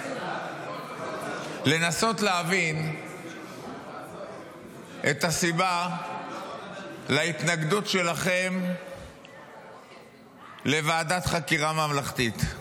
לנסות להבין את הסיבה להתנגדות שלכם לוועדת חקירה ממלכתית.